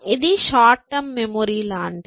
ఇది short term మెమరీలాంటిది